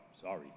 sorry